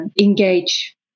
engage